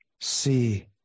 see